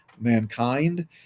mankind